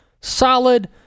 solid